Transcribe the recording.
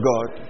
God